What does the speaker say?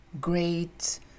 great